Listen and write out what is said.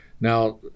Now